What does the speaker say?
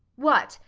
what,